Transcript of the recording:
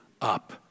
up